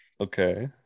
Okay